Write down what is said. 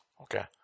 Okay